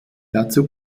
dazu